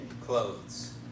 clothes